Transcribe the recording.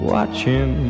Watching